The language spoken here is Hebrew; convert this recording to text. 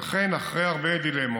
והדילמה